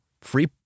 free